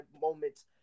moments